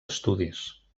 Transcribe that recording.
estudis